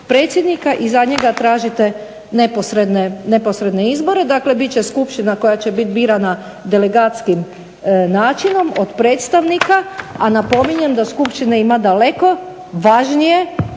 predsjednika i za njega tražite neposredne izbore. Dakle, bit će Skupština koja će bit birana delegatskim načinom od predstavnika, a napominjem da Skupština ima daleko važnije